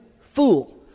fool